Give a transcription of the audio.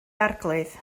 arglwydd